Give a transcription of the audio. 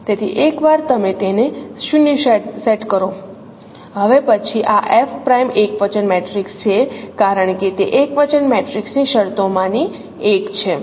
તેથી એકવાર તમે તેને 0 સેટ કરો હવે પછી આ F પ્રાઈમ એકવચન મેટ્રિક્સ છે કારણ કે તે એકવચન મેટ્રિક્સની શરતોમાંની એક છે